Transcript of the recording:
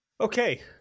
Okay